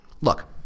Look